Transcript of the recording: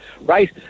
right